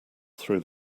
through